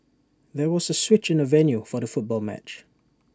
there was A switch in the venue for the football match